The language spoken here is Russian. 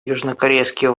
южнокорейские